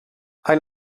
ein